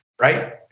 right